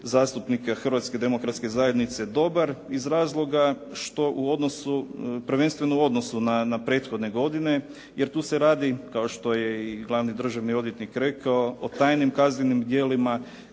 zastupnika Hrvatske demokratske zajednice dobar iz razloga što u odnosu, prvenstveno u odnosu na prethodne godine, jer tu se radi kao što je i glavni državni odvjetnik rekao o tajnim kaznenim djelima